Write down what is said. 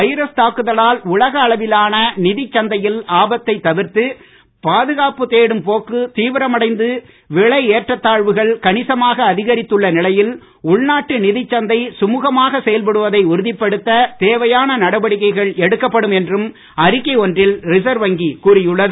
virus தாக்குதலால் உலக அளவிலான நிதிச் சந்தையில் ஆபத்தை தவிர்த்து பாதுகாப்பு தேடும் போக்கு தீவிரமடைந்து விலை ஏற்றத் தாழ்வுகள் கனிசமாக அதிகரித்துள்ள நிலையில் உள்நாட்டு நிதிச் சந்தை சுமுகமாக செயல்படுவதை உறுதிப்படுத்த தேவையான நடவடிக்கைகள் எடுக்கப்படும் என்றும் அறிக்கை ஒன்றில் ரிசர்வ் வங்கி கூறியுள்ளது